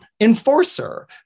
enforcer